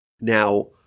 Now